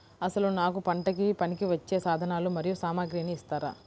అసలు నాకు పంటకు పనికివచ్చే సాధనాలు మరియు సామగ్రిని ఇస్తారా?